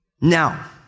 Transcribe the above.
Now